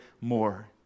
more